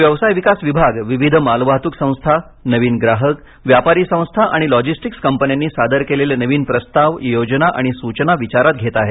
हे व्यवसाय विकास विभाग विविध मालवाहतूक संस्था नवीन ग्राहक व्यापारी संस्था आणि लॉजिस्टिक्स कंपन्यांनी सादर केलेले नवीन प्रस्ताव योजना आणि सूचना विचारात घेत आहेत